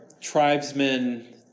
tribesmen